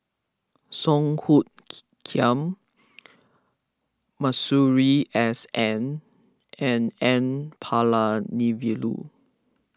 Song Hoot Kiam Masuri S N and N Palanivelu